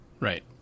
right